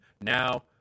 Now